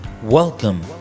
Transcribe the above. Welcome